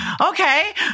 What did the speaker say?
Okay